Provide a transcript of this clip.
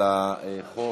על החוק.